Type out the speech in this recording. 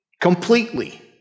completely